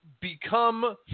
become